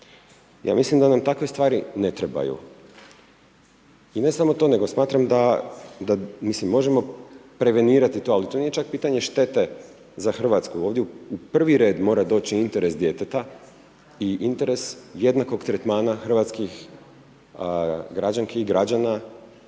Ja mislim da nam takve stvari ne trebaju. I ne samo to, nego smatram da, mislim možemo prevenirati to, ali to nije čak pitanje štete za RH. Ovdje u prvi red mora doći interes djeteta i interes jednakog tretmana hrvatskih građanki i građana